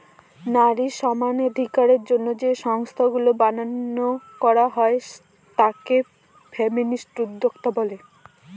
নারী সমানাধিকারের জন্য যে সংস্থাগুলা বানানো করা হয় তাকে ফেমিনিস্ট উদ্যোক্তা বলে